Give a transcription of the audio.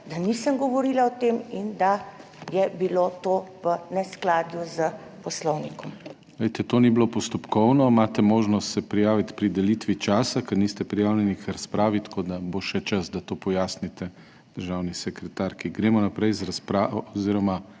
da nisem govorila o tem in da je bilo to v neskladju s Poslovnikom. PODPREDSEDNIK DANIJEL KRIVEC: Glejte to ni bilo postopkovno. Imate možnost se prijaviti pri delitvi časa, ker niste prijavljeni k razpravi, tako da bo še čas, da to pojasnite državni sekretarki. Gremo naprej z razpravo oziroma